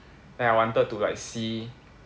then I wanted to like see